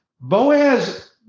Boaz